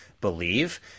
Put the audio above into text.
believe